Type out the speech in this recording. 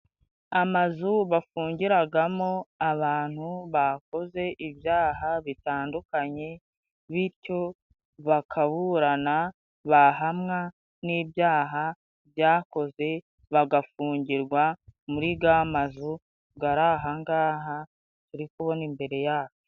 Amazu bafungiragamo abantu bakoze ibyaha bitandukanye bityo bakaburana .Bahamwa n'ibyaha byakoze, bagafungirwa muri ga mazu gari aha ngaha turi kubona imbere yacu.